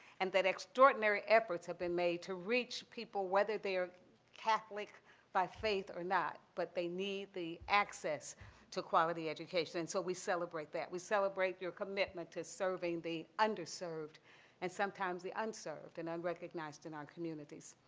and that extraordinary efforts have been made to reach people whether they are catholic by faith or not, but they need the access to quality education. and so we celebrate that. we celebrate your commitment to serving the underserved and sometimes the unserved and unrecognized in our communities.